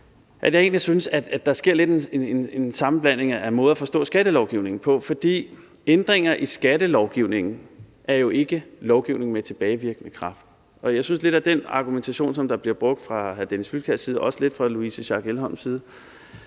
der lidt sker en sammenblanding af måderne at forstå skattelovgivningen på, for ændringer i skattelovgivningen er jo ikke lovgivning med tilbagevirkende kraft. Jeg synes, at lidt af den argumentation, som der bliver brugt fra hr. Dennis Flydtkjærs side og også lidt